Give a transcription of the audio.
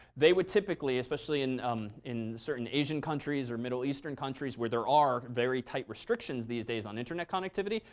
they would typically, especially in in certain asian countries or middle eastern countries where there are very tight restrictions these days on internet connectivity,